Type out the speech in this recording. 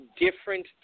different